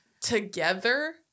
Together